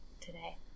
today